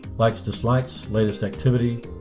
likes, dislikes, latest activity,